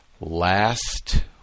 last